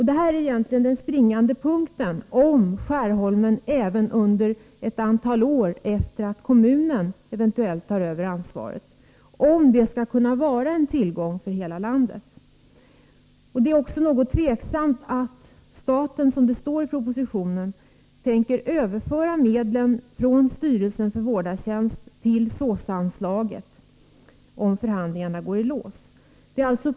Det är egentligen den springande punkten, om Skärholmen även under ett antal år efter det att kommunen eventuellt tar över ansvaret skall kunna vara en tillgång för hela landet. Det inger också tveksamhet att staten, som det står i propositionen, skall överföra medlen från styrelsen för vårdartjänst till SÅS-anslaget, om förhandlingarna går i lås.